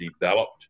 developed